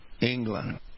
England